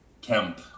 Kemp